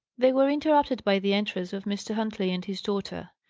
they were interrupted by the entrance of mr. huntley and his daughter.